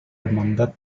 hermandad